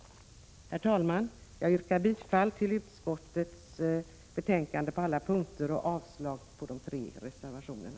Herr talman! Jag yrkar bifall till utskottets hemställan på alla punkter och avslag på de tre reservationerna.